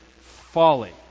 folly